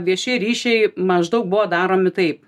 viešieji ryšiai maždaug buvo daromi taip